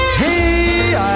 hey